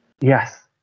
Yes